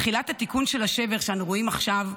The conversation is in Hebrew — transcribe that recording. תחילת התיקון של השבר שאנחנו רואים עכשיו,